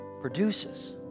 produces